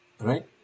right